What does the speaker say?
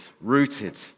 rooted